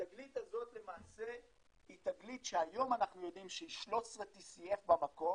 התגלית הזאת למעשה היא תגלית שהיום אנחנו יודעים שהיא 13 TCF במקור,